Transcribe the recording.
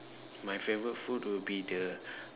my favourite food will be the